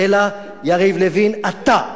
אלא, יריב לוין, אתה,